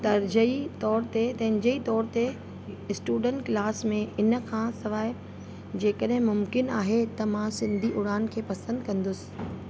तर्जई तौर ते तर्जई तौर ते स्टूडंट क्लास में इन खां सवाइ जेकॾहिं मुमकिनु आहे त मां सिंधी उड़ान खे पसंदि कंदुसि